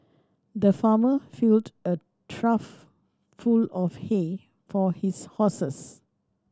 the farmer filled a trough full of hay for his horses